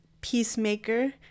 Peacemaker